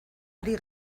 ari